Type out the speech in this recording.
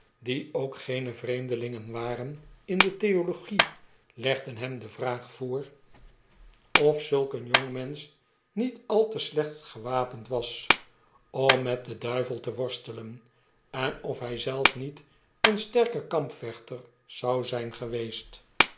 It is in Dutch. die ook geene vreemdelingen waren in de theologie legden hem de vraag voor of zulk een jongmensch niet al te slecht gewapend was om met den duivel te worstelen en of hy zelf niet een sterker kampvechter zou zyn geweest